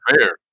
fair